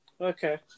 Okay